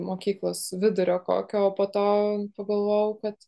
mokyklos vidurio kokio o po to pagalvojau kad